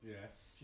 Yes